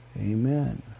Amen